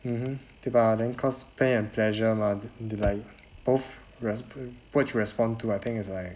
mmhmm 对吧 then cause pain and pleasure mah like both res~ both respond to I think is like